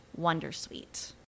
wondersuite